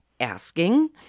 asking